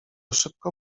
szybko